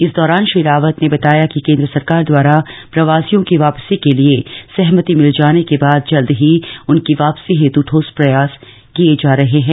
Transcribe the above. इस दौरान श्री रावत ने बताया कि केंद्र सरकार द्वारा प्रवासियों की वापसी के लिए सहमति मिल जाने के बाद जल्द ही उनकी वापसी हेतु ठोस प्रयास किए जा रहे हैं